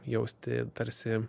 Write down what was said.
jausti tarsi